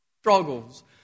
struggles